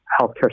healthcare